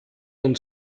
und